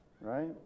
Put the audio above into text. right